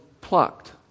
plucked